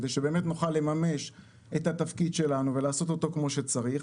כדי שבאמת נוכל לממש את התפקיד שלנו ולעשות אותו כמו שצריך,